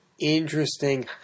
interesting